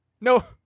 No